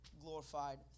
glorified